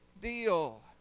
deal